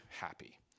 happy